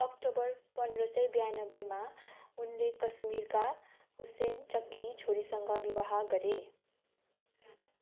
October पन्ध्र सय बियानब्बेमा उनले कश्मीरका हुसेन चककी छोरीसँग विवाह गरे